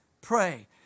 pray